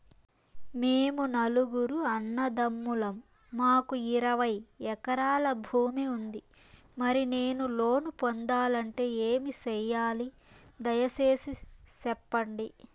మేము నలుగురు అన్నదమ్ములం మాకు ఇరవై ఎకరాల భూమి ఉంది, మరి నేను లోను పొందాలంటే ఏమి సెయ్యాలి? దయసేసి సెప్పండి?